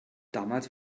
damals